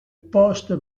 post